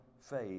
faith